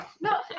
No